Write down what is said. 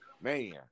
Man